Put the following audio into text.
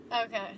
Okay